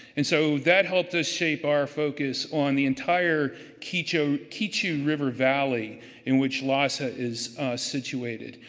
and so that help to save our focus on the entire keechu keechu river valley in which lhasa is situated.